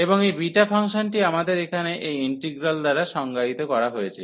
এবং এই বিটা ফাংশনটি আমরা এখানে এই ইন্টিগ্রাল দ্বারা সংজ্ঞায়িত করা হয়েছে